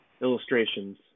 illustrations